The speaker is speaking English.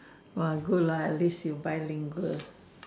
!wah! good lah at least you bilingual